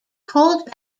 hold